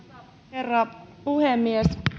herra puhemies